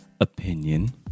opinion